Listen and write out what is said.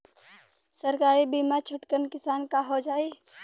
सरकारी बीमा छोटकन किसान क हो जाई?